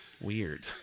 weird